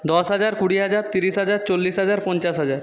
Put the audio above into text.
দশ হাজার কুড়ি হাজার ত্রিশ হাজার চল্লিশ হাজার পঞ্চাশ হাজার